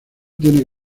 tiene